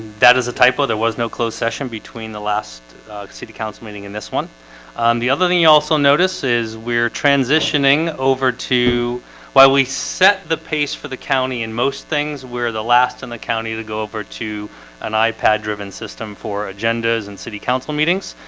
that is a typo, there was no closed session between the last city council meeting in this one um the other thing you also notice is we're transitioning over to while we set the pace for the county in most things we're the last in the county to go over to an ipad driven system for agendas and city council meetings,